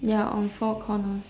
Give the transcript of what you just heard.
ya on four corners